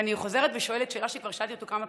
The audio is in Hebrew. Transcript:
אני חוזרת ושואלת שאלה שכבר שאלתי כמה פעמים: